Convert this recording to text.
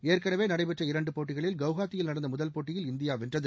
ஏற்கெனவே நடைபெற்ற இரண்டு போட்டிகளில் குவஹாத்தியில் நடந்த முதல் போட்டியில் இந்தியா வென்றது